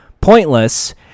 Pointless